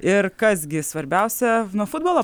ir kas gi svarbiausia nuo futbolo